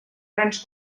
grans